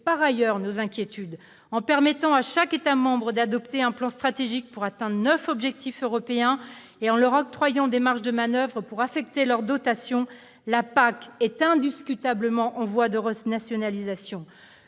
par ailleurs nos inquiétudes. En permettant à chaque État membre d'adopter un plan stratégique pour atteindre neuf objectifs européens et de disposer de marges de manoeuvre dans l'affectation des dotations, la PAC est indiscutablement en voie de renationalisation.